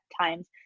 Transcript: times